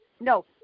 no